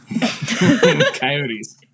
Coyotes